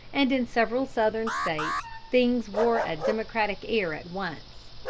and in several southern states things wore a democratic air at once.